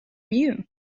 you